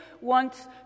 wants